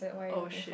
oh shit